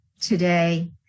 today